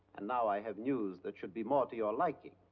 and now i have news that should be more to your liking.